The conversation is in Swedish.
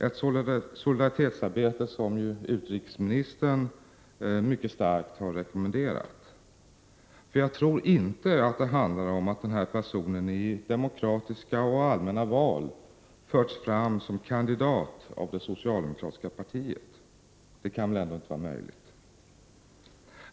Det är ett solidaritetsarbete som utrikesministern mycket starkt har rekommenderat. Jag tror inte att det handlar om att denna person i demokratiska och allmänna val förts fram som kandidat för det socialdemokratiska partiet. Det kan väl ändå inte vara möjligt?